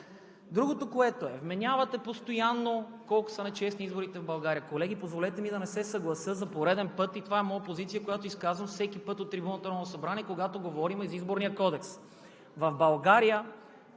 Другото, което е, вменявате постоянно колко са нечестни изборите в България. Колеги, позволете ми да не се съглася за пореден път и това е моя позиция, която изказвам всеки път от трибуната на Народното събрание, когато говорим за Изборния кодекс. В България,